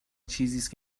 چیزی